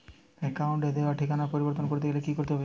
অ্যাকাউন্টে দেওয়া ঠিকানা পরিবর্তন করতে গেলে কি করতে হবে?